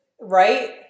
right